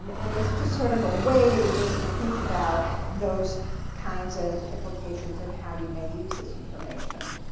and it's just sort of a way to begin to think about those kinds of implications and how you may use this information.